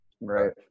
Right